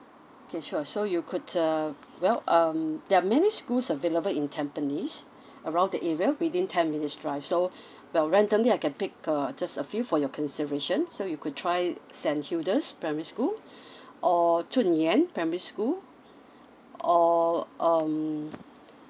okay sure so you could err well um there are many schools available in tampines around the area within ten minutes' drive so well randomly I can pick uh just a few for your consideration so you could try saint hilda's primary school or junyuan primary school or um